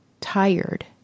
tired